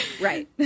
Right